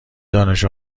دانش